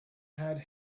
had